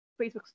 Facebook